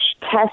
test